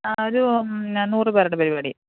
ആ ഒരു നൂറ് പേരുടെ പരിപാടി